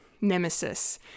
nemesis